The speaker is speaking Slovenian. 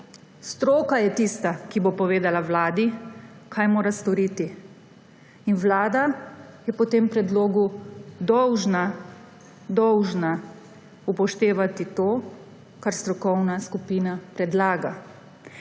Stroka je tista, ki bo povedala Vladi, kaj mora storiti. In Vlada je po tem predlogu dolžna, dolžna upoštevati to, kar strokovna skupina predlaga.